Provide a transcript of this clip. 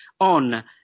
on